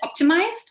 optimized